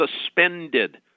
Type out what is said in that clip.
suspended